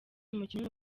umukinnyi